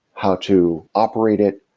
how to operate it,